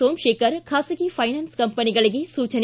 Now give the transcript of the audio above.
ಸೋಮಶೇಖರ್ ಖಾಸಗಿ ಫೈನಾನ್ಸ್ ಕಂಪನಿಗಳಿಗೆ ಸೂಚನೆ